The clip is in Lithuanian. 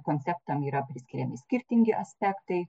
konceptam yra priskiriami skirtingi aspektai